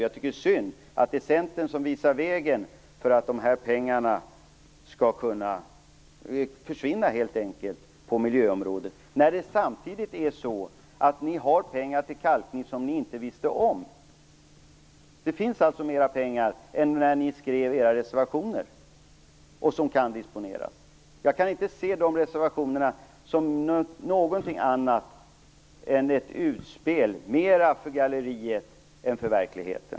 Jag tycker också att det är synd att det är Centern som visar vägen för att få de här pengarna att helt enkelt försvinna på miljöområdet, när det samtidigt är så att ni har pengar till kalkning som ni inte visste om! Det finns alltså mer pengar att disponera än när ni skrev era reservationer. Jag kan inte se de reservationerna som någonting annat än ett utspel mera för galleriet än för verkligheten.